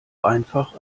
einfach